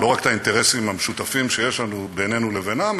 לא רק את האינטרסים המשותפים שיש לנו בינינו לבינן,